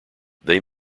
they